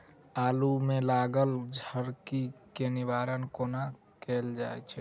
आलु मे लागल झरकी केँ निवारण कोना कैल जाय छै?